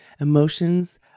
Emotions